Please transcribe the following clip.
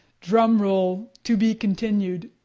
drum roll, to be continued.